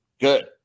good